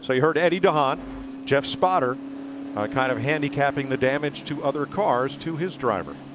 so heard and jeff's spotter kind of handicapping the damage to other cars to his driver.